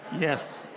Yes